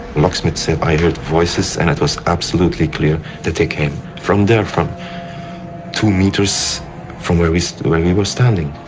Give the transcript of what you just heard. locksmith said, i heard voices and it was absolutely clear that they came from there, from two metres from where we where we were standing.